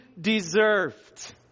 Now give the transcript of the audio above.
deserved